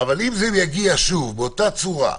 אם זה יגיע שוב באותה צורה,